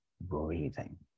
breathing